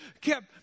kept